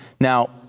now